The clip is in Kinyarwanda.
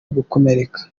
gukomereka